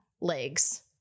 legs